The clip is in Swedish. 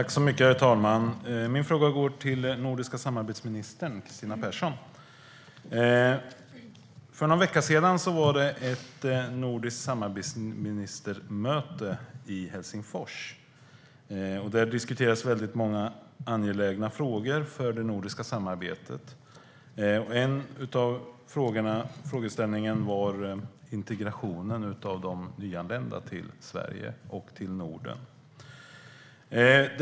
Herr talman! Min fråga går till den nordiska samarbetsministern Kristina Persson. För någon vecka sedan var det ett nordiskt samarbetsministermöte i Helsingfors. Där diskuterades det många angelägna frågor för det nordiska samarbetet. En av frågeställningarna var integrationen av de nyanlända till Sverige och Norden.